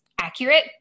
accurate